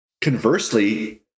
conversely